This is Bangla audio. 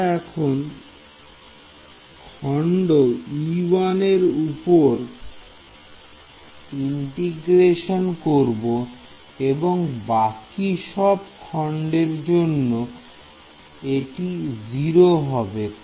আমরা এখন খন্ড e1 এর উপর ইন্টিগ্রেশন করব এবং বাকি সব খন্ডের জন্য এটি 0 হবে